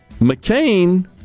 McCain